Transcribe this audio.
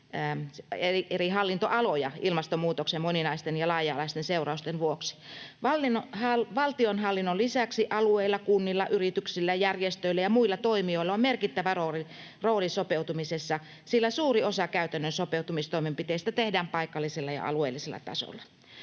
eri hallintoaloja ilmastonmuutoksen moninaisten ja laaja-alaisten seurausten vuoksi. Valtionhallinnon lisäksi alueilla, kunnilla, yrityksillä, järjestöillä ja muilla toimijoilla on merkittävä rooli sopeutumisessa, sillä suuri osa käytännön sopeutumistoimenpiteistä tehdään paikallisella ja alueellisella tasolla.